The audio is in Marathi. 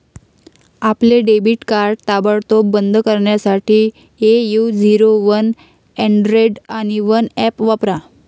आपले डेबिट कार्ड ताबडतोब बंद करण्यासाठी ए.यू झिरो वन हंड्रेड आणि वन ऍप वापरा